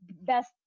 best